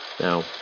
now